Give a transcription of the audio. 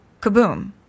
Kaboom